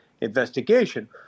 investigation